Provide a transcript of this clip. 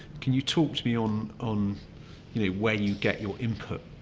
can you talk to me on on you know where you get your input?